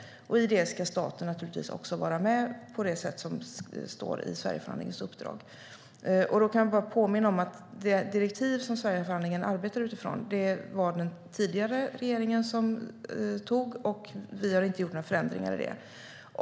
I det ska staten naturligtvis också vara med på det sätt som uttrycks i Sverigeförhandlingens uppdrag. Jag vill bara påminna om att de direktiv som Sverigeförhandlingen arbetar utifrån utfärdades av den tidigare regeringen, och vi har inte gjort några förändringar i dessa.